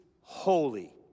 holy